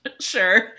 Sure